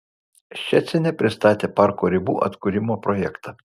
ščecine pristatė parko ribų atkūrimo projektą